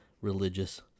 religious